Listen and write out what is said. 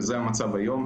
וזה המצב היום.